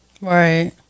right